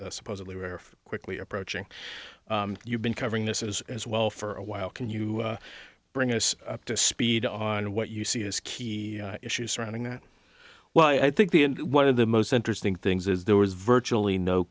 that supposedly were quickly approaching you've been covering this as as well for a while can you bring us up to speed on what you see is key issues surrounding that well i think the and one of the most interesting things is there was virtually no